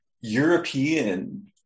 European